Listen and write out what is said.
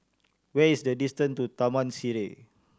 where is the distance to Taman Sireh